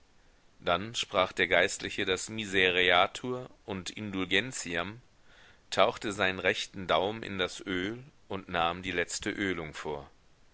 dann sprach der geistliche das misereatur und indulgentiam tauchte seinen rechten daumen in das öl und nahm die letzte ölung vor